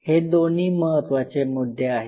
हे दोन्ही महत्त्वाचे मुद्दे आहेत